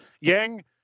Yang